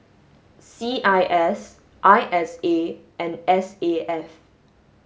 C I S I S A and S A F